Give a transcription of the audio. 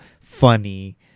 funny